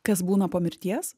kas būna po mirties